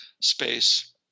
space